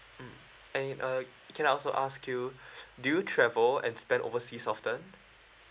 mm and uh can I also ask you do you travel and spend overseas often